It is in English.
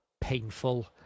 painful